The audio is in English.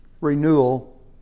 renewal